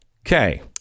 Okay